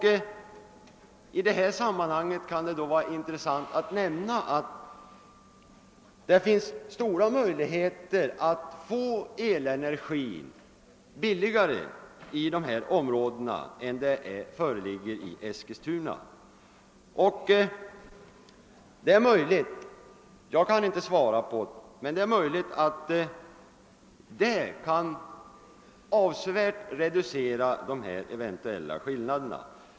I detta sammanhang kan det vara intressant att nämna att det föreligger större möjligheter att erhålla elenergi billigare i norra stödområdet än i Eskilstuna. Det är möjligt — jag kan inte svära på det — att detta skulle kunna avsevärt reducera de betydande skillnaderna.